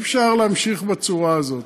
אי-אפשר להמשיך בצורה הזאת.